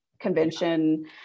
convention